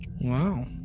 wow